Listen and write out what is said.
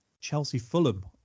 Chelsea-Fulham